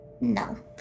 No